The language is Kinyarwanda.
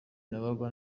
nabaga